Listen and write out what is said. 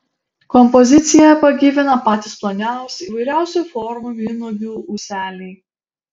kompoziciją pagyvina patys ploniausi įvairiausių formų vynuogių ūseliai